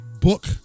book